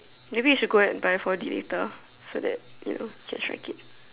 maybe you should go and four D later so that you know you can strike it